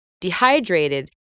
dehydrated